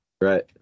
Right